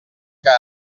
que